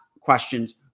questions